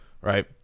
Right